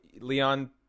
leon